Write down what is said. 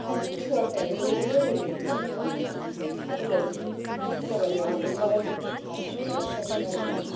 हजुर त्यसो भए फरवरीको नै हेरिदिनुहोस् न होटलहरू के कसो छ किनभने हजुर मलाई त केही थाहा छैन कि त्यहाँको बारेमा